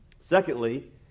Secondly